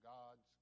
God's